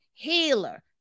Healer